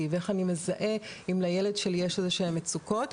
ואיך אני מזהה אם לילד שלי יש איזשהן מצוקות,